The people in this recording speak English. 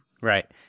Right